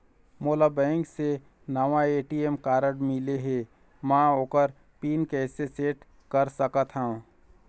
मोला बैंक से नावा ए.टी.एम कारड मिले हे, म ओकर पिन कैसे सेट कर सकत हव?